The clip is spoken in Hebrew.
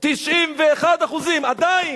91%, עדיין.